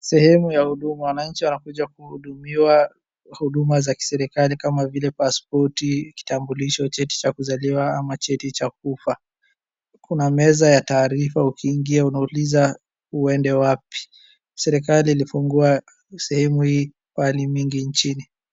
Sehemu ya huduma. Wananchi wanakuja kuhudumiwa huduma za kiserikali kama vile pasipoti, kitambulisho, cheti cha kuzaliwa ama cheti cha kufa. Kuna meza ya taarifa ukiingia unauliza uede wapi. Serikali ilifungua sehemu hii pahali mingi nchini.